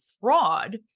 fraud